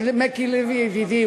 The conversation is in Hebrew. ידידי,